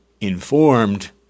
informed